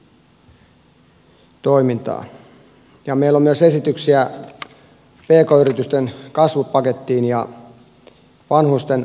meillä on myös esityksiä pk yritysten kasvupakettiin ja vanhustenhoitoon ja omais hoitoon